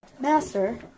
Master